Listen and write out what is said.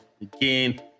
Again